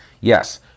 Yes